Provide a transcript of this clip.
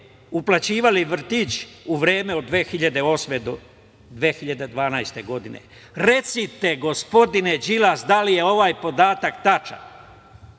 plaćali vrtić u vreme od 2008. do 2012. godine. Recite gospodine Đilas, da li je ovaj podatak tačan?